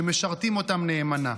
שמשרתים אותם נאמנה.